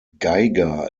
geiger